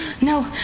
No